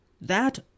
that